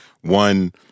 one